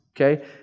Okay